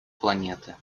планеты